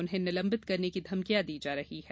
उन्हें निलंबित करने की धमकियां दी जा रही हैं